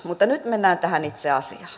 mutta nyt mennään tähän itse asiaan